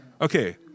Okay